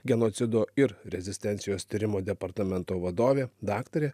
genocido ir rezistencijos tyrimo departamento vadovė daktarė